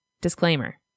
Disclaimer